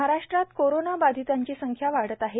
महाराष्ट्रात कोरोना बाधिताब्री सख्ख्या वाढत आहे